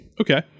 okay